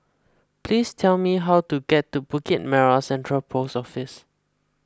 please tell me how to get to Bukit Merah Central Post Office